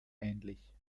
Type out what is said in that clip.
ähnlich